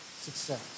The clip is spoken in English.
success